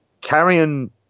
Carrion